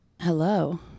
Hello